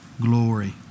glory